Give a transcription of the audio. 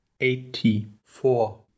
Eighty-four